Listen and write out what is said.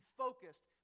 focused